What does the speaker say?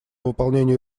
выполнению